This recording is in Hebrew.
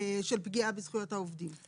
של פגיעה בזכויות העובדים.